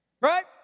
Right